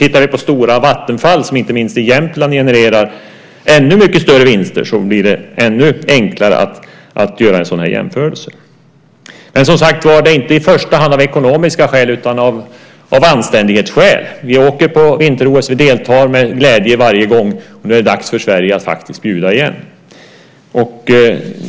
Tittar vi på stora Vattenfall, som inte minst i Jämtland genererar ännu mycket större vinster, blir det ännu enklare att göra en sådan jämförelse. Men som sagt var, det är inte i första hand av ekonomiska skäl utan av anständighetsskäl som vi ska göra detta. Vi åker på vinter-OS. Vi deltar med glädje varje gång. Nu är det dags för Sverige att bjuda igen.